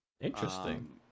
Interesting